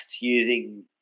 using